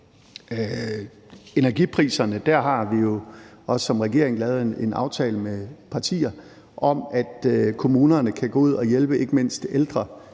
energipriserne har vi jo som regering lavet en aftale med nogle partier om, at kommunerne kan gå ud og hjælpe ikke mindst ældre,